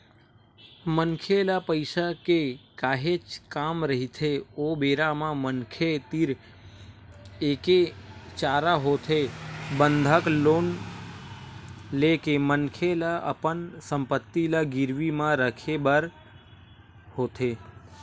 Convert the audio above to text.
मनखे ल पइसा के काहेच काम रहिथे ओ बेरा म मनखे तीर एके चारा होथे बंधक लोन ले के मनखे ल अपन संपत्ति ल गिरवी म रखे बर होथे